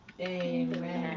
amen